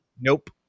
Nope